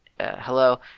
hello